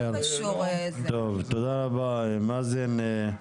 טוב, תודה רבה מאזן.